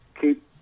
keep